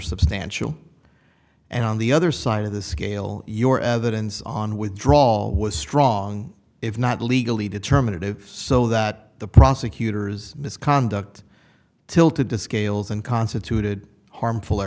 substantial and on the other side of the scale your evidence on withdraw was strong if not legally determinative so that the prosecutor's misconduct tilted disk ale's and constituted harmful